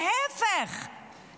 להפך,